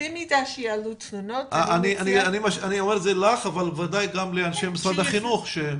אני אומר את זה לך וודאי גם לאנשי משרד החינוך.